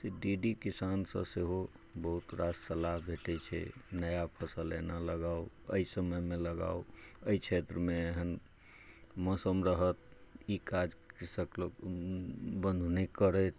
से डी डी किसानसँ सेहो बहुत रास सलाह भेटै छै नया फसल एना लगाउ एहि समयमे लगाउ एहि क्षेत्रमे एहेन मौसम रहत ई काज बन्द नहि करथि